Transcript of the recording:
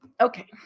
okay